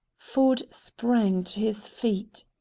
ford sprang to his feet.